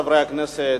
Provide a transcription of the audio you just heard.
חברי הכנסת,